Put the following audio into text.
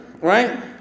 right